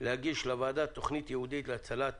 להגיש לוועדה תכנית ייעודית להצלת